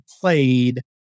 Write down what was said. played